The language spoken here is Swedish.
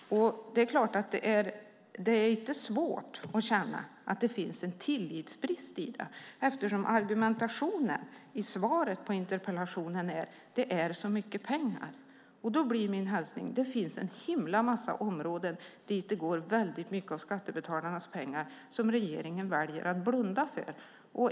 Det är inte svårt att känna att det finns en tillitsbrist i detta, eftersom argumentationen i svaret på interpellationen är att det är så mycket pengar. Då blir min hälsning: Det finns en massa områden dit väldigt mycket av skattebetalarnas pengar går som regeringen väljer att blunda för.